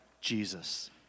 Jesus